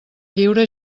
lliure